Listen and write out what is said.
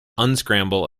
unscramble